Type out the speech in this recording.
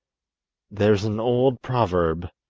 there is an old proverb,